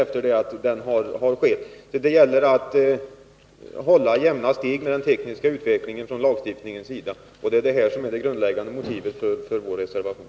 Det gäller att i lagstiftningsarbetet hålla jämna steg med den tekniska utvecklingen. Det är detta som är det grundläggande motivet för vår reservation.